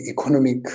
economic